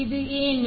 ಇದು ಏನು